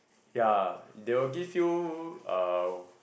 ya they will give you uh